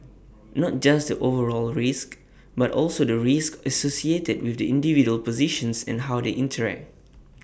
not just the overall risk but also the risk associated with the individual positions and how they interact